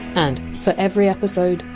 and for every episode,